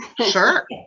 sure